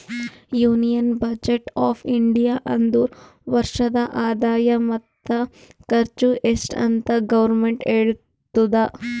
union budget of India ಅಂದುರ್ ವರ್ಷದ ಆದಾಯ ಮತ್ತ ಖರ್ಚು ಎಸ್ಟ್ ಅಂತ್ ಗೌರ್ಮೆಂಟ್ ಹೇಳ್ತುದ